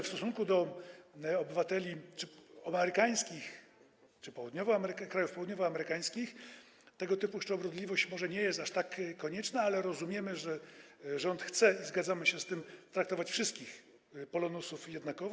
W stosunku do obywateli amerykańskich czy obywateli krajów południowoamerykańskich tego typu szczodrobliwość może nie jest aż tak konieczna, ale rozumiemy, że rząd chce - i zgadzamy się z tym - traktować wszystkich Polonusów jednakowo.